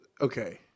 Okay